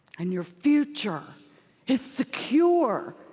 and your future is secure.